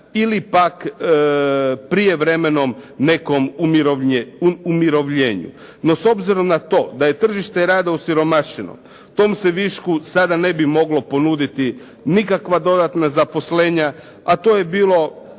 ili pak prijevremenom nekom umirovljenju. No s obzirom na to da je tržište rada osiromašeno, tom se višku sada ne bi moglo ponuditi nikakva dodatna zaposlenja, a to je bilo